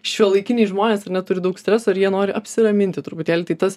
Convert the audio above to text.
šiuolaikiniai žmonės ar ne turi daug streso ir jie nori apsiraminti truputėlį tai tas